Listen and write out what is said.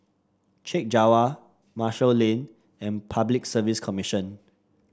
Chek Jawa Marshall Lane and Public Service Commission